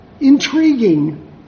intriguing